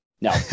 No